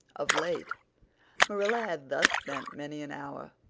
of late marilla had thus spent many an hour,